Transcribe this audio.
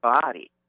body